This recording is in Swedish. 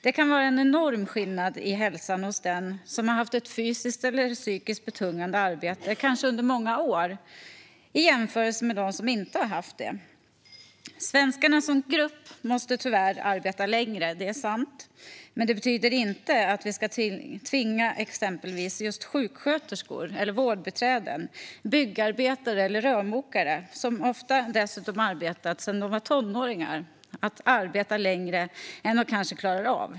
Det kan vara en enorm skillnad i hälsan mellan den som har haft ett fysiskt eller psykiskt betungande arbete, kanske under många år, och den som inte har haft det. Svenskarna som grupp måste tyvärr arbeta längre; det är sant. Men det betyder inte att vi ska tvinga exempelvis sjuksköterskor, vårdbiträden, byggarbetare eller rörmokare, som dessutom ofta har arbetat sedan de var tonåringar, att arbeta längre än de kanske klarar av.